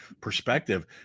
perspective